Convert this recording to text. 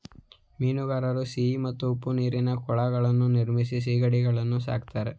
ಮೀನುಗಾರರು ಸಿಹಿ ಮತ್ತು ಉಪ್ಪು ನೀರಿನ ಕೊಳಗಳನ್ನು ನಿರ್ಮಿಸಿ ಸಿಗಡಿಗಳನ್ನು ಸಾಕ್ತರೆ